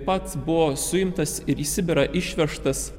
taip pat buvo suimtas ir į sibirą išvežtas